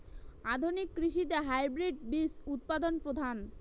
আধুনিক কৃষিতে হাইব্রিড বীজ উৎপাদন প্রধান